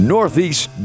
Northeast